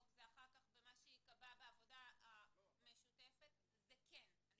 וזה ייקבע אחר כך בעבודה משותפת של הצוות